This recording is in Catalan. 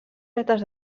vetes